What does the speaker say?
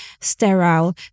sterile